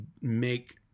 make